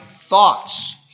thoughts